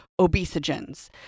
obesogens